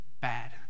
bad